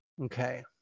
Okay